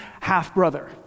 half-brother